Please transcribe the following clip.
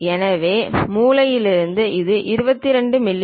எனவே ஒரு முனையிலிருந்து இது 22 மி